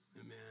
amen